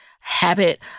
habit